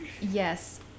Yes